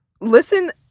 listen